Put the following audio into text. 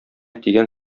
тигән